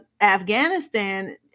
Afghanistan